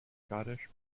scottish